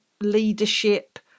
leadership